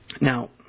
Now